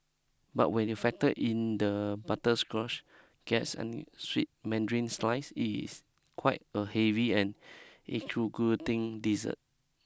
but when you factor in the butterscotch glace and sweet mandarin slices it is quite a heavy and intriguing dessert